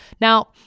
Now